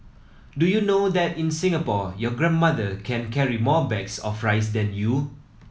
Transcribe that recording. do you know that in Singapore your grandmother can carry more bags of rice than you